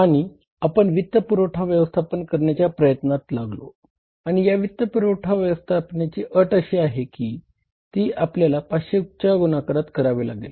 आणि आपण वित्तपुरवठा व्यवस्थापन करण्याच्या प्रयत्नात लागलो आणि या वित्तपुरवठा व्यवस्थापनाची अट अशी होती के ती आपल्याला 500 च्या गुणाकारात करावी लागेल